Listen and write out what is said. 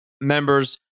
members